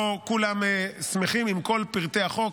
לא כולם שמחים עם כל פרטי החוק,